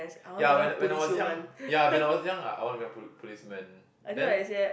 ya when when I was young ya when I was young I I want to be a po~ policeman then